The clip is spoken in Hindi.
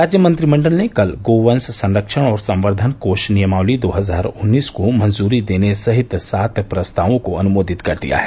राज्य मंत्रिमंडल ने कल गोवंश संरक्षण और संवर्द्वन कोष नियमावली दो हज़ार उन्नीस को मंजूरी देने सहित सात प्रस्तावों को अनुमोदित कर दिया है